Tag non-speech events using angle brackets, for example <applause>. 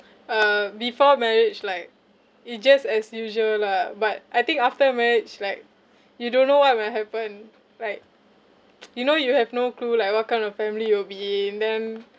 uh before marriage like it just as usual lah but I think after marriage like you don't know what will happen like <noise> you know you have no clue like what kind of family you'll be in then